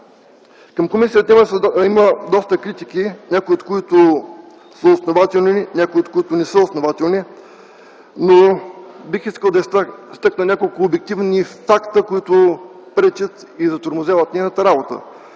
Към комисията има доста критики, някои от които са основателни, някои от които не са основателни. Но бих искал да изтъкна няколко обективни факта, които пречат и затормозяват нейната работа.